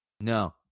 No